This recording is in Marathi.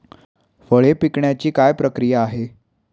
फळे पिकण्याची प्रक्रिया काय आहे?